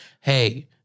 Hey